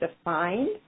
defined